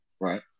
Right